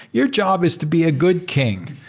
your job is to be a good king.